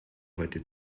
heute